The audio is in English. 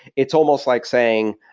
it's almost like saying,